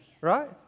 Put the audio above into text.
right